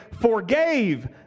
forgave